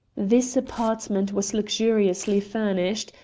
this apartment was luxuriously furnished,